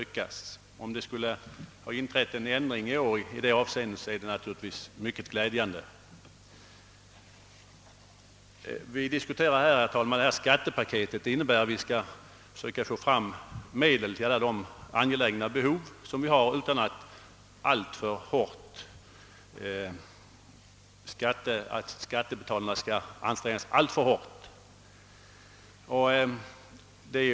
Om det i år skulle ha inträtt en ändring i detta avseende är det naturligtvis mycket glädjande. Vi diskuterar här, herr talman, skattepaketet, vilket innebär att vi skall försöka skaffa fram medel till alla våra angelägna behov utan att skattebetalarna skall ansträngas alltför hårt.